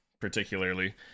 Particularly